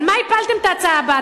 על מה הפלתם את ההצעה הבאה?